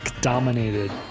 dominated